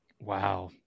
Wow